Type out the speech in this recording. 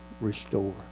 restore